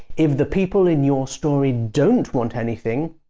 if the people in your story don't want anything,